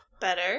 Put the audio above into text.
Better